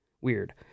weird